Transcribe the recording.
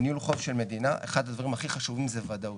בניהול חוב של מדינה אחד הדברים הכי חשובים זה ודאות.